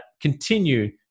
continue